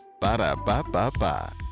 Ba-da-ba-ba-ba